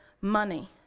money